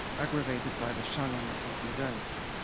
aggravated by the shunning of modernity.